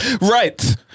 Right